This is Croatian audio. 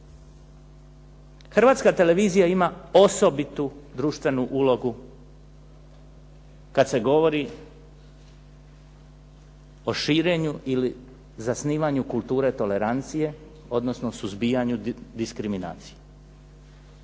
Hrvatska televizija ima osobitu društvenu ulogu kad se govori o širenju ili zasnivanju kulture tolerancije odnosno suzbijanju diskriminacije.